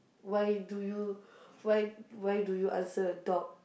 why do you why why do you answer a dog